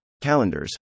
calendars